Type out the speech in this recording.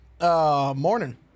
morning